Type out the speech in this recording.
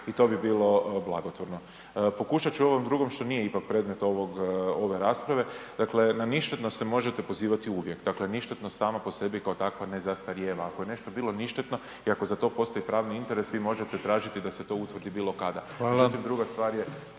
i to bi bilo blagotvorno. Pokušat ću u ovom drugom što nije ipak predmet ove rasprave, dakle na ništetnost se možete pozivat uvijek, dakle ništetnost sama po sebi kao takva ne zastarijeva, ako je nešto bilo ništetno i ako za to postoji pravni interes, vi možete tražiti da se utvrdi bilo kada međutim